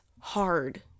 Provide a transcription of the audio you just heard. hard